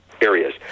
areas